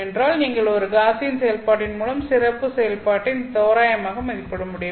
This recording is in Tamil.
என்றால் நீங்கள் ஒரு காஸியன் செயல்பாட்டின் மூலம் சிறப்பு செயல்பாட்டை தோராயமாக மதிப்பிட முடியும்